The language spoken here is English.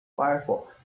firefox